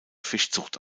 fischzucht